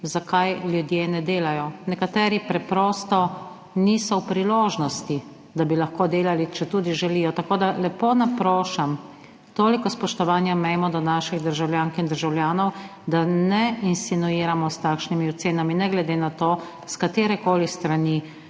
zakaj ljudje ne delajo. Nekateri preprosto niso v priložnosti, da bi lahko delali, četudi želijo, tako da lepo naprošam, toliko spoštovanja imejmo do naših državljank in državljanov, da ne insinuiramo s takšnimi ocenami, ne glede na to s katerekoli strani